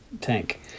tank